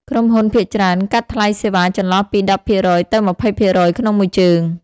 ក្រុមហ៊ុនភាគច្រើនកាត់ថ្លៃសេវាចន្លោះពី ១០% ទៅ ២០% ក្នុងមួយជើង។